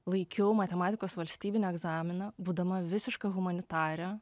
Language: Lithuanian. laikiau matematikos valstybinį egzaminą būdama visiška humanitarė